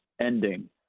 ending